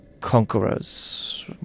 conquerors